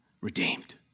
Redeemed